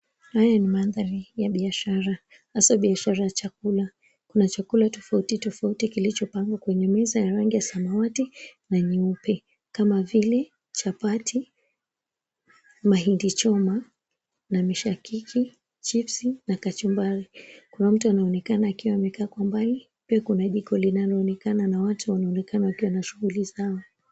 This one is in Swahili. Haya ni mandhari ya biashara, hasa biashara ya chakula. Kuna chakula tofauti tofauti kilichopangwa kwenye meza ya rangi ya samawati na nyeupe kama vile chapati, mahindi choma, na mishakiki, chipsi na kachumbari. Kuna mtu anaonekana akiwa amekaa kwa mbali, pia kuna jiko linaloonekana na watu wanaonekana wakiwa na shughuli zao.